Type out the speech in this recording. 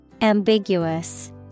ambiguous